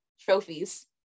trophies